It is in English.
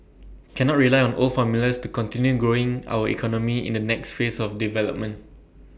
cannot rely on old formulas to continue growing our economy in the next phase of development